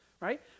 right